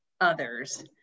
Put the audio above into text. others